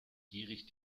gierig